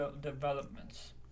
developments